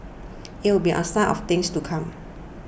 it would be a sign of things to come